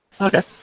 Okay